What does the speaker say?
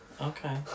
Okay